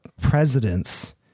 presidents